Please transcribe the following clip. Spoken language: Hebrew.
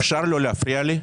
אפשר לא להפריע לי?